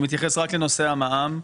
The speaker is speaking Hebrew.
אני מתייחס רק לנושא המע"מ,